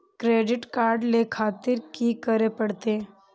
Credit card ले खातिर की करें परतें?